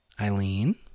Eileen